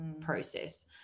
process